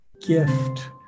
gift